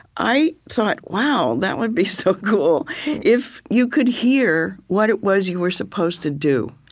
i thought, wow, that would be so cool if you could hear what it was you were supposed to do.